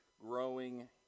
growing